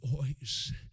voice